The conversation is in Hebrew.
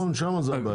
נכון, שם הבעיה.